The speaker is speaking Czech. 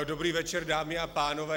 Dobrý večer, dámy a pánové.